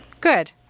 Good